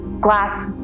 glass